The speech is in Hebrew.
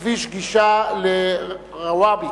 כביש הגישה לרוואבי.